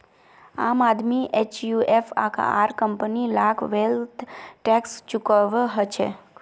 आम आदमी एचयूएफ आर कंपनी लाक वैल्थ टैक्स चुकौव्वा हछेक